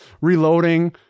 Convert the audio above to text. reloading